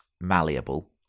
malleable